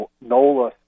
NOLA